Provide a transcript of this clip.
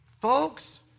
folks